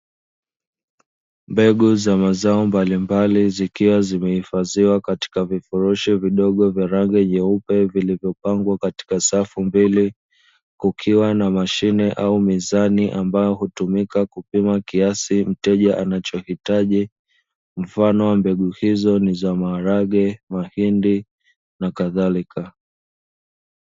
Mbegu za mazao mbalimbali zikiwa zimehifadhiwa katika vifurushi vidogo vya rangi nyeupe vilivyopangwa katika safu mbili, kukiwa na mashine au mizani ambayo hutumima kupima kiasi ambacho mteja anachohitaji mfano wa mbegu hizo ni za maharage ,mahindi, na kadhalika.